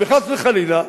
וחס וחלילה.